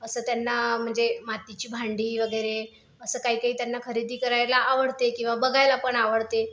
असं त्यांना म्हणजे मातीची भांडी वगैरे असं काहीकाही त्यांना खरेदी करायला आवडते किंवा बघायला पण आवडते